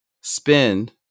spend